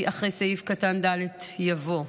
אחרי סעיף קטן (ד) יבוא: